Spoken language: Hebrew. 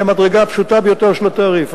היא המדרגה הפשוטה ביותר של התעריף,